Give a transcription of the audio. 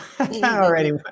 already